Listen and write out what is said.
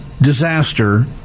disaster